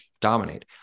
dominate